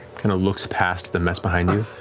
kind of looks past the mess behind you.